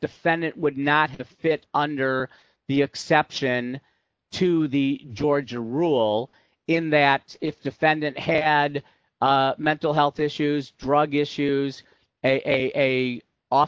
defendant would not have a fit under the exception to the georgia rule in that if defendant had mental health issues drug issues a of